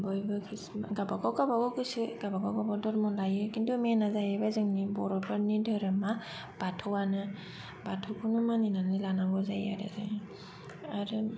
बयबो गाबागाव गाबागाव गोसो गाबागाव गाबागाव धरम लायो खिन्थु मेनानो जाहैबाय बर'फोरनि धोरोमा बाथौआनो बाथौखौनो मानिनानै लानांगौ जायो आरो जों आरो